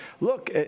look